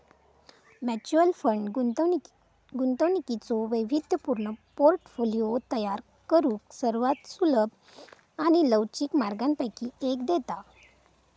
mutual fund गुंतवणुकीचो वैविध्यपूर्ण portfolio तयार करुक सर्वात सुलभ आणि लवचिक मार्गांपैकी एक देता